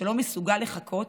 שלא מסוגל לחכות